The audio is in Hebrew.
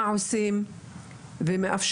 מה עושים ומאפשרים,